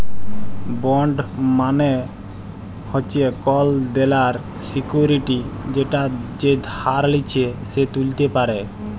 bond মালে হচ্যে কল দেলার সিকুইরিটি যেটা যে ধার লিচ্ছে সে ত্যুলতে পারে